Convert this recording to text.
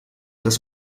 das